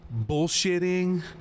bullshitting